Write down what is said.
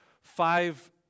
five